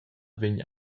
vegn